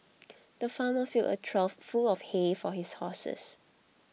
the farmer filled a trough full of hay for his horses